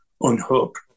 unhook